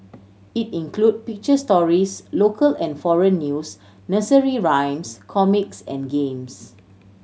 it include picture stories local and foreign news nursery rhymes comics and games